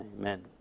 Amen